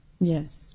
Yes